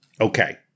Okay